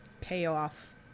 payoff